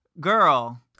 girl